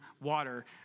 water